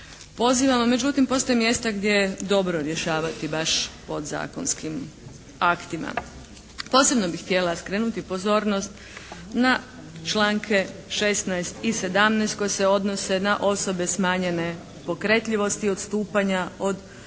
pozivamo. Međutim, postoje mjesta gdje je dobro rješavati baš podzakonskim aktima. Posebno bih htjela skrenuti pozornost na članke 16. i 17. koje se odnose na osobe smanjene pokretljivosti i odstupanja od bitnih